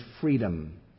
freedom